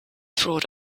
fraud